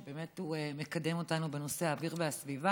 שבאמת מקדם אותנו בנושאי האוויר והסביבה.